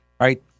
right